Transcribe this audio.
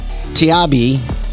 Tiabi